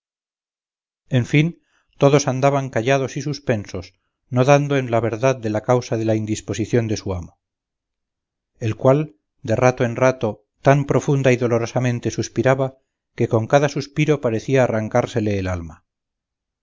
en fin todos andaban callados y suspensos no dando en la verdad de la causa de la indisposición de su amo el cual de rato en rato tan profunda y dolorosamente suspiraba que con cada suspiro parecía arrancársele el alma